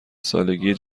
سالگی